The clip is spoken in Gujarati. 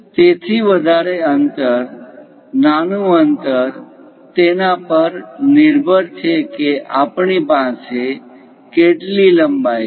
તેથી વધારે અંતર નાનું અંતર તેના પર નિર્ભર છે કે આપણી પાસે કેટલી લંબાઈ છે